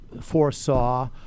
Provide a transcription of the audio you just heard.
foresaw